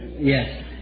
Yes